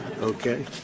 Okay